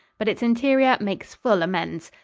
but its interior makes full amends.